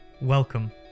Welcome